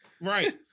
Right